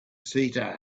ceuta